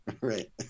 right